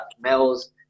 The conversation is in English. males